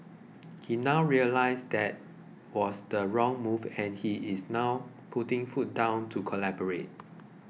he now realises that was the wrong move and he is now putting foot down to collaborate